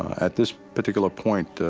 at this particular point,